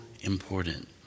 important